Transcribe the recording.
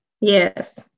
yes